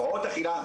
הפרעות אכילה,